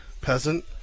peasant